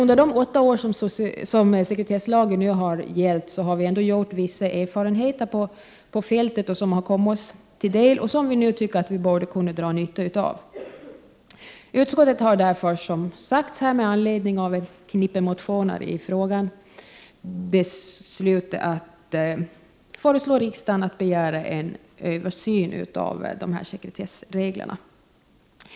Under de åtta år som sekretesslagen nu har gällt har erfarenheter gjorts på fältet som vi har fått del av och som vi nu tycker att vi borde kunna dra nytta av. Utskottet har därför, som har sagts här, med anledning av ett knippe motioner i frågan beslutat föreslå riksdagen att begära en översyn av sekretessreglerna.